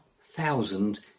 thousand